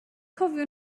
cofio